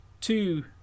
two